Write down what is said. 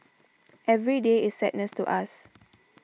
every day is sadness to us